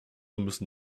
müssen